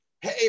hey